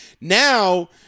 Now